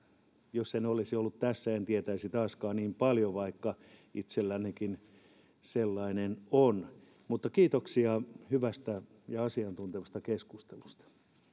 jos en olisi ollut tässä en tietäisi taaskaan niin paljon vaikka itsellänikin sellainen on mutta kiitoksia hyvästä ja asiantuntevasta keskustelusta